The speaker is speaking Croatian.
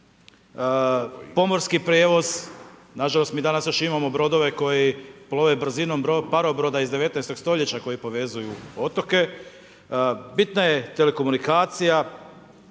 pomorski prijevoz, nažalost mi danas još imamo brodove koji plove brzinom parobroda iz 19. stoljeća koji povezuju otoke. Bitna je telekomunikacija,